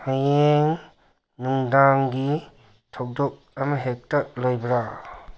ꯍꯌꯦꯡ ꯅꯨꯡꯗꯥꯡꯒꯤ ꯊꯧꯗꯣꯛ ꯑꯃ ꯍꯦꯛꯇ ꯂꯩꯕ꯭ꯔꯥ